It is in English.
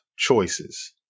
choices